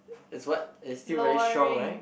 is what is still very strong right